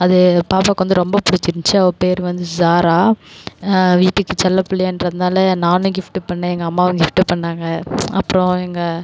அது பாப்பாவுக்கு வந்து ரொம்ப பிடிச்சிருந்துச்சி அவள் பேர் வந்து சாரா வீட்டுக்கு செல்ல பிள்ளைன்றதுனால நானும் கிஃப்ட் பண்ணேன் எங்கள் அம்மாவும் கிஃப்ட் பண்ணாங்க அப்புறம் எங்கள்